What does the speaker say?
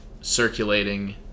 circulating